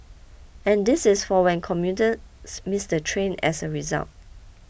and this is for when commuters miss the train as a result